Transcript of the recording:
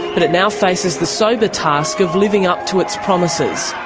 but it now faces the sober task of living up to its promises.